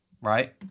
right